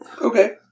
okay